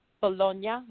Bologna